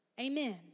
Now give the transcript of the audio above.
Amen